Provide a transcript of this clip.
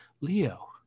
leo